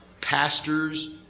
pastors